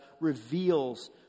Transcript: reveals